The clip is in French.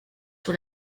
sur